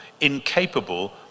incapable